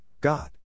God